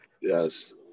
Yes